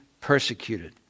persecuted